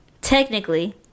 Technically